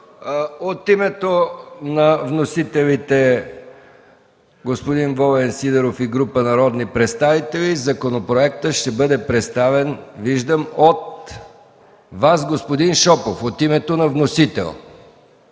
От името на вносителите – господин Волен Сидеров и група народни представители, законопроектът ще бъде представен, виждам, от Вас господин Шопов, от името на вносител.